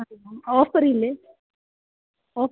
ആണോ ഓഫറില്ലേ ഓ